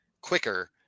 quicker